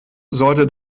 sollte